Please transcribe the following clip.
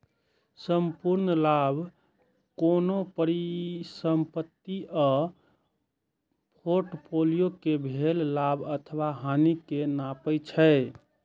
संपूर्ण लाभ कोनो परिसंपत्ति आ फोर्टफोलियो कें भेल लाभ अथवा हानि कें नापै छै